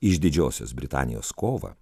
iš didžiosios britanijos kovą